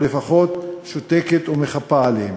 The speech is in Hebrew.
או לפחות שותקת ומחפה עליהם,